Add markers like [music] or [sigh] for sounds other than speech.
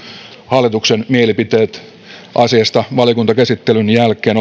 hallituksen mielipiteet asiasta valiokuntakäsittelyn jälkeen [unintelligible]